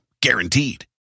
guaranteed